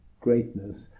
greatness